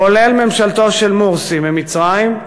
כולל ממשלתו של מורסי במצרים,